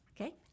Okay